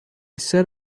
said